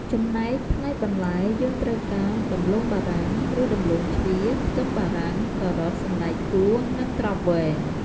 ចំណែកផ្នែកបន្លែយើងត្រូវការ ដំឡូងបារាំង ឬដំឡូងជ្វា ខ្ទឹមបារាំង ការ៉ុត សណ្តែកកួរ និងត្រប់វែង។